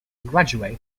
graduate